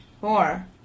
four